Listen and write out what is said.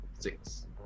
six